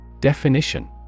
Definition